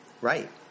right